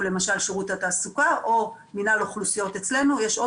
או שאנחנו נשמע מהם?